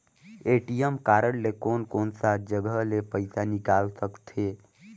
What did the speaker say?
ATM card ले कोन कोन सा जगह ले पइसा निकाल सकथे?